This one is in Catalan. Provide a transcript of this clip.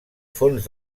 fons